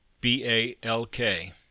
B-A-L-K